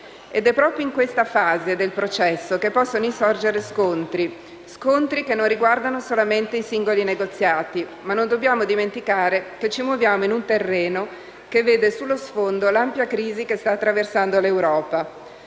Ed è proprio in questa fase ascendente del processo che possono insorgere scontri, scontri che non riguardano solamente i singoli negoziati. Non dobbiamo dimenticare, però, che ci muoviamo in un terreno che vede sullo sfondo l'ampia crisi che sta attraversando l'Europa.